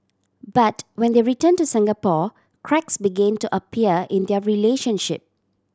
but when they return to Singapore cracks begin to appear in their relationship